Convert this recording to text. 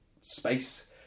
space